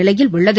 நிலையில் உள்ளது